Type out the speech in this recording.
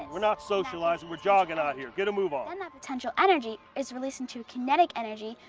we're not socializing, we're jogging out here. get a move on. then the potential energy is released into kinetic energy,